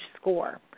score